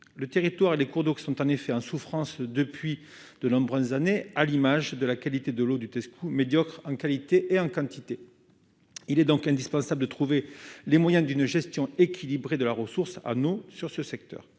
le territoire et les cours d'eau qui sont, en effet, en souffrance depuis de nombreuses années, à l'image de la qualité de l'eau du desk ou médiocre en qualité et en quantité, il est donc indispensable de trouver les moyens d'une gestion équilibrée de la ressource à nous sur ce secteur,